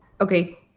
Okay